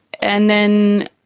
and then